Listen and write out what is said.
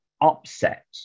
upset